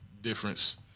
difference